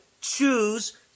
choose